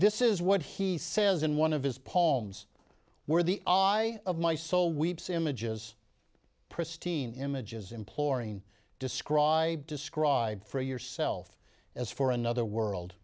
this is what he says in one of his poems where the i of my soul weeps images pristine images imploring describe describe for yourself as for another world